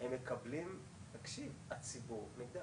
נכנס המסלול הבטוח,